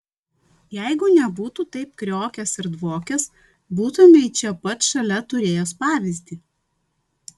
jeigu nebūtų taip kriokęs ir dvokęs būtumei čia pat šalia turėjęs pavyzdį